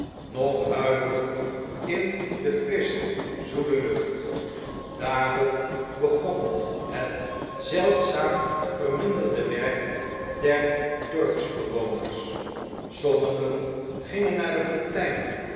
nog huiverend in de frissche zoele lucht daarop begon het zeldzaam verminderde werk der dorpsbewoners sommigen gingen naar de fontein